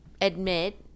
admit